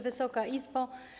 Wysoka Izbo!